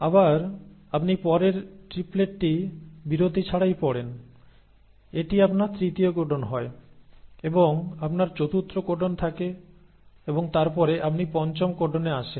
আবার আপনি পরের ট্রিপলেটটি বিরতি ছাড়াই পড়েন এটি আপনার তৃতীয় কোডন হয় এবং আপনার চতুর্থ কোডন থাকে এবং তারপরে আপনি পঞ্চম কোডনে আসেন